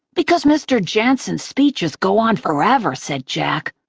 because mr. jansen's speeches go on forever, said jack.